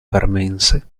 parmense